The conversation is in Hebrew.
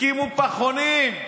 הקימו פחונים,